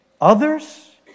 others